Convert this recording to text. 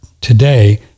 today